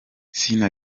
sina